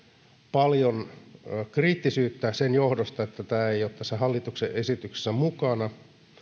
paljon kriittisyyttä sen johdosta että tämä ei ole tässä hallituksen esityksessä mukana